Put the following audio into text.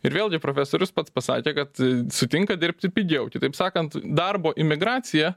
ir vėlgi profesorius pats pasakė kad sutinka dirbti pigiau kitaip sakant darbo imigracija